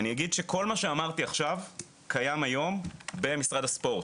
כל מה שאמרתי עכשיו קיים היום במשרד הספורט,